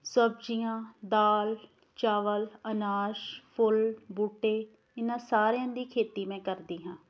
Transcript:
ਸਬਜ਼ੀਆਂ ਦਾਲ ਚਾਵਲ ਅਨਾਜ ਫੁੱਲ ਬੂਟੇ ਇਹਨਾਂ ਸਾਰਿਆਂ ਦੀ ਖੇਤੀ ਮੈਂ ਕਰਦੀ ਹਾਂ